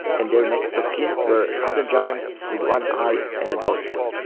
and their next of kin were other giants with one eye and dog head